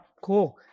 Cool